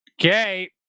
Okay